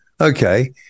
Okay